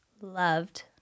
loved